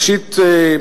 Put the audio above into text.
ראשית,